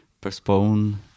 postpone